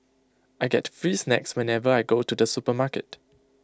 I get free snacks whenever I go to the supermarket